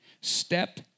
step